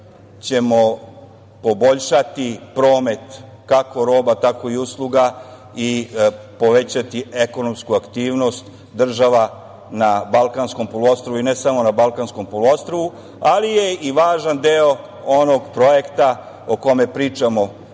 ćemo poboljšati promet kako roba, tako i usluga i povećati ekonomsku aktivnost država na Balkansko poluostrvu, i ne samo nas Balkanskom poluostrvu, ali je i važan deo onog projekta o kome pričamo